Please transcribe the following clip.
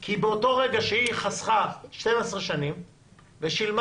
כי באותו רגע שהיא חסכה 12 שנים ושילמה